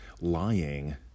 lying